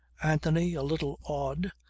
anthony, a little awed,